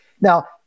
Now